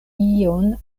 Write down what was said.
ion